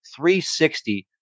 360